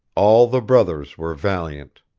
all the brothers were valiant